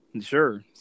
sure